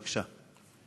בבקשה.